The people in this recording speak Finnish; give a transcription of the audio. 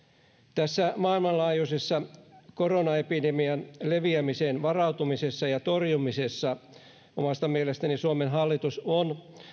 tässä maailmanlaajuisessa koronaepidemian leviämiseen varautumisessa ja torjumisessa omasta mielestäni suomen hallitus on toiminut